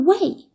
away